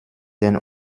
den